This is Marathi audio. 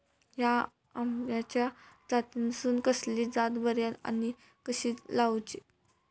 हया आम्याच्या जातीनिसून कसली जात बरी आनी कशी लाऊची?